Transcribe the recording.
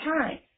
time